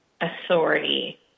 authority